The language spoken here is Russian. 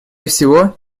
всего